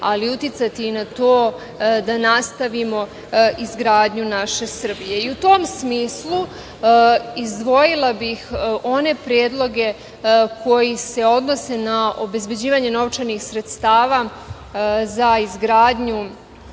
ali uticati i na to da nastavimo izgradnju naše Srbije. U tom smislu izdvojila bih one predloge koji se odnose na obezbeđivanje novčanih sredstava za izgradnju